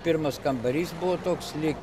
pirmas kambarys buvo toks lyg